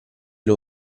loro